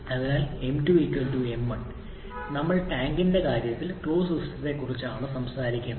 അതിനാൽ m2 m1 ഞങ്ങൾ വാതകത്തിന്റെ കാര്യത്തിൽ ക്ലോസ് സിസ്റ്റത്തെക്കുറിച്ചാണ് സംസാരിക്കുന്നത്